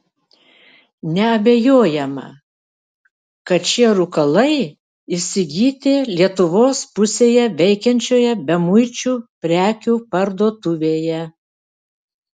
neabejojama kad šie rūkalai įsigyti lietuvos pusėje veikiančioje bemuičių prekių parduotuvėje